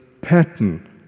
pattern